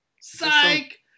Psych